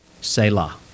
Selah